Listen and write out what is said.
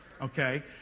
okay